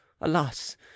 Alas